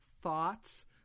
thoughts